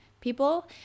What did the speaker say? people